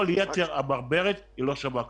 כל יתר הברברת לא שווה כלום.